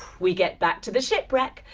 we get back to the shipwreck.